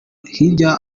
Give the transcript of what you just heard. hirya